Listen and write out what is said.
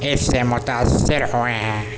اس سے متاثر ہوئے ہیں